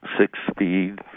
six-speed